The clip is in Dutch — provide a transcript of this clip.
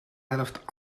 helft